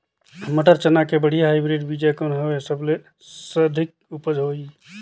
मटर, चना के बढ़िया हाईब्रिड बीजा कौन हवय? सबले अधिक उपज होही?